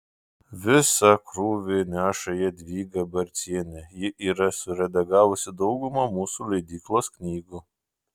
visą krūvį neša jadvyga barcienė ji yra suredagavusi daugumą mūsų leidyklos knygų